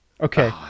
okay